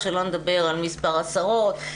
שלא נדבר על מספר השרות,